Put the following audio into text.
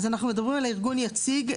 אז אנחנו מדברים על ארגון יציג.